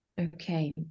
Okay